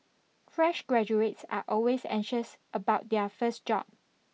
fresh graduates are always anxious about their first job